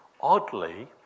oddly